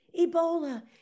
Ebola